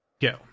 go